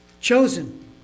Chosen